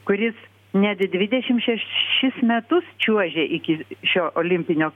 kuris net dvidešim šešis metus čiuožė iki šio olimpinio